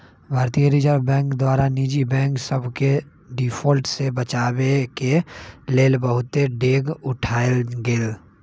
भारतीय reserve bank द्वारा निजी बैंक सभके डिफॉल्ट से बचाबेके लेल बहुते डेग उठाएल गेल